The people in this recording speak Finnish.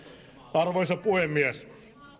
arvoisa puhemies